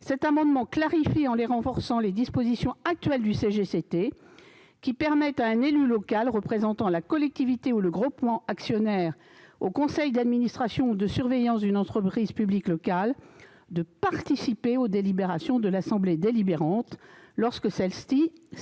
Cet amendement vise à clarifier, en les renforçant, les dispositions actuelles du CGCT, qui permettent à un élu local représentant la collectivité ou le groupement actionnaire au conseil d'administration ou de surveillance d'une entreprise publique locale (EPL) de participer aux délibérations de l'assemblée délibérante, lorsque celle-ci statue